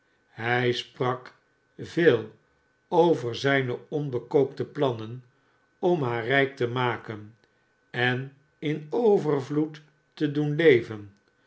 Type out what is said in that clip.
hij sprak veel over zijne onbekookte plannen om haar rijk te maken en in overvloed te doen leven